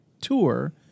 tour